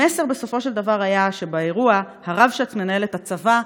המסר בסופו של דבר היה שבאירוע הרבש"ץ מנהל את הצבא,